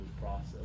process